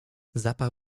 zapach